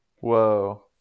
whoa